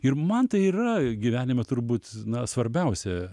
ir man tai yra gyvenime turbūt na svarbiausia